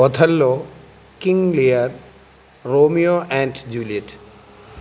othello king lear romeo and juliet